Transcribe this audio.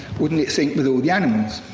wouldn't it sink with all the animals?